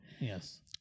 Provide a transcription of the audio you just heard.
Yes